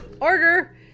order